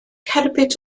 cerbyd